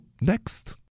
next